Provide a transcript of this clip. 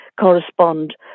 correspond